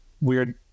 weird